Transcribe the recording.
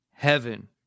Heaven